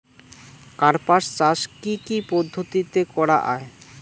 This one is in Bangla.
কার্পাস চাষ কী কী পদ্ধতিতে করা য়ায়?